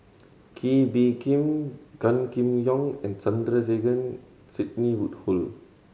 Kee Bee Khim Gan Kim Yong and Sandrasegaran Sidney Woodhull